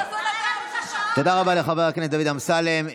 תודה לחבר הכנסת אמסלם.